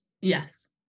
Yes